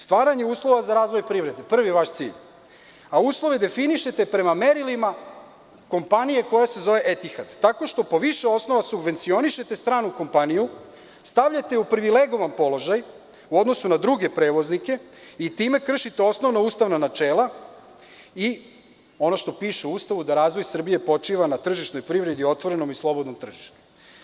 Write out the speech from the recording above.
Stvaranje uslova za razvoj privrede, prvi vaš cilj, a uslove definišete prema merilima kompanije koja se zove „Etihad“, tako što po više osnova subvencionišete stranu kompaniju, stavljate je u privilegovan položaj u odnosu na druge prevoznike i time kršite osnovna ustavna načela i ono što piše u Ustavu, da razvoj Srbije počiva na tržišnoj privredi, otvorenom i slobodnom tržištu.